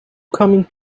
coming